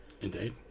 Indeed